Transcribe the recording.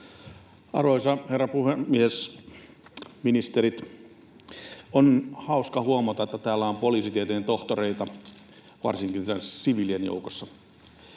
Arvoisa herra puhemies! Ministerit! On hauska huomata, että täällä on poliisitieteen tohtoreita, varsinkin siviilien joukossa.